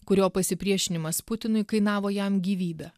kurio pasipriešinimas putinui kainavo jam gyvybę